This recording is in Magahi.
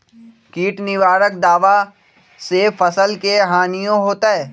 किट निवारक दावा से फसल के हानियों होतै?